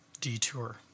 detour